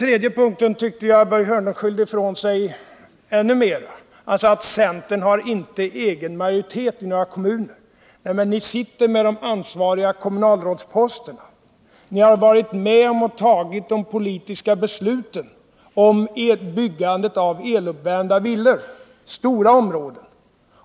För det tredje tycker jag att Börje Hörnlund skyllde ifrån sig ännu mera när han sade att centern inte har egen majoritet i någon kommun. Nej, men ni sitter med de ansvariga kommunalrådsposterna, och ni har varit med om att fatta de politiska besluten om byggandet av eluppvärmda villor i stora områden.